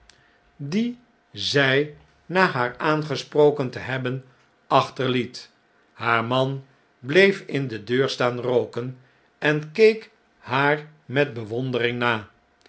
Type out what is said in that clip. die zij na haar aangesproken te hebben achterliet haar man bleef in de deur staan rooken en keek haar met bewondering na